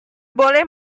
boleh